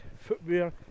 footwear